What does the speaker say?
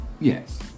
Yes